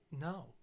No